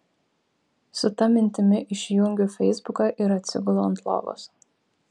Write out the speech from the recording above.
su ta mintimi išjungiu feisbuką ir atsigulu ant lovos